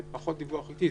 זה פחות דיווח עיתי.